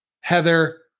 Heather